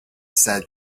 said